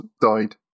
died